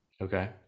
Okay